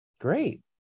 Great